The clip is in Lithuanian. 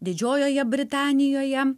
didžiojoje britanijoje